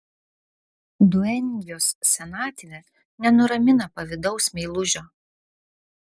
duenjos senatvė nenuramina pavydaus meilužio